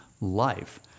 life